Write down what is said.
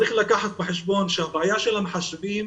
צריך לקחת בחשבון שהבעיה של המחשבים,